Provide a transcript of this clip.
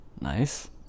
Nice